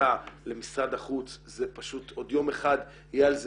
עשה למשרד החוץ זה פשוט עוד יום אחד יהיה על זה,